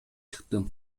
чыктым